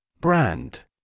Brand